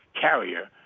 carrier